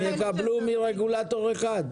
הם יקבלו מרגולטור אחד.